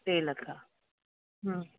टे लख